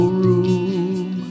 room